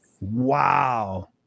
Wow